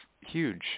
huge